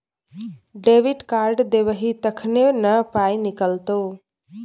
debit card देबही तखने न पाइ निकलतौ